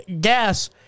gas